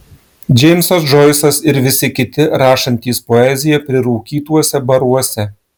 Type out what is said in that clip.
džeimsas džoisas ir visi kiti rašantys poeziją prirūkytuose baruose